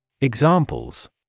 Examples